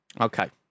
Okay